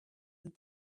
and